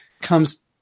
comes